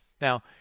Now